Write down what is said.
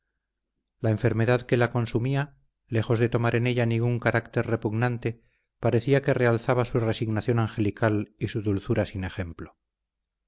la enfermedad que la consumía lejos de tomar en ella ningún carácter repugnante parecía que realzaba su resignación angelical y su dulzura sin ejemplo